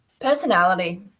Personality